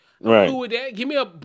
Right